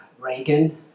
Reagan